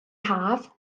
haf